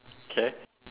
can